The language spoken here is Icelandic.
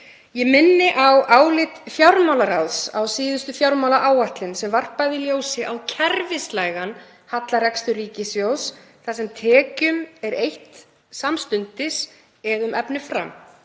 Ég minni á álit fjármálaráðs á síðustu fjármálaáætlun sem varpaði ljósi á kerfislægan hallarekstur ríkissjóðs þar sem tekjum er eytt samstundis eða um efni fram.